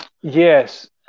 Yes